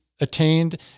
attained